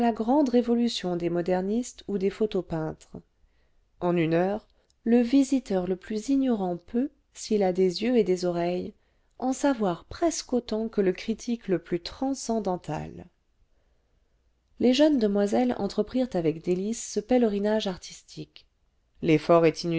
grande révolution des modernistes ou des photopeintres en une heure le visiteur le plus ignorant peut s'il a des yeux et des oreilles en savoir presque autant que le critique le plus transcendental les jeuues demoiselles entreprirent avec délices ce pèlerinage artistique l'effort est